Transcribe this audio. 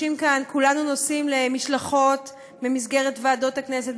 כולנו נוסעים למשלחות במסגרת ועדות הכנסת,